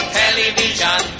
television